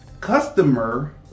customer